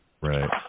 Right